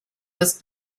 was